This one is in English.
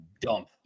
dump